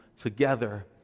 together